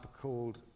called